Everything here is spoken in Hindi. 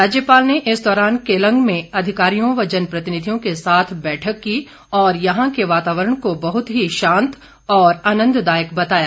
राज्यपाल ने इस दौरान केलांग में अधिकारियों व जनप्रतिनिधियों के साथ बैठक की और यहां के वातावरण को बहुत ही शांत और आनंददायक बताया